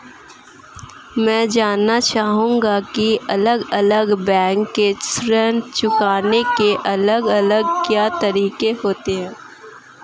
मैं जानना चाहूंगा की अलग अलग बैंक के ऋण चुकाने के अलग अलग क्या तरीके होते हैं?